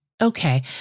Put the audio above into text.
Okay